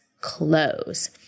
close